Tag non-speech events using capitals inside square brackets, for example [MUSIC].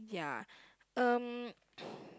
yeah um [BREATH]